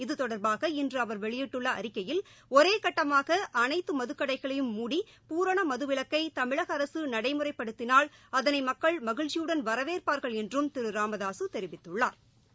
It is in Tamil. இது தொடர்பாக இன்று அவர் வெளியிட்டுள்ள அறிக்கையில் ஒரே கட்டமாக அனைத்து மதுக்கடைகளையும் மூடி பூரண மதுவிலக்கை தமிழக அரசு நடைமுறைப்படுத்தினால் அதனை மக்கள் மகிழ்ச்சியுடன் வரவேற்பாா்கள் என்றும் திரு ராமதாசு தெரிவித்துள்ளாா்